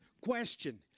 question